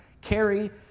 carry